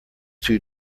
too